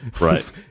right